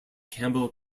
campbell